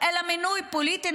אלא מינוי פוליטי,